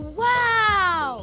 wow